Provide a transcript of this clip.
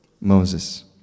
Moses